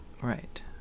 Right